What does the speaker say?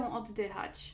oddychać